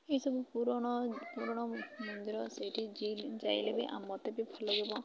ଏଇସବୁ ପୁରୁଣା ପୁରୁଣା ମନ୍ଦିର ସେଇଠି ଯ ଯାଇଲେ ବି ଆଉ ମୋତେ ବି ଭଲ ଲାଗିବ